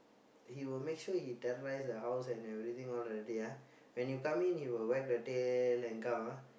he will make sure he terrorize the house and everything all already ah when you come in he will wag the tail and come ah